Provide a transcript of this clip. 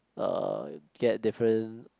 uh get different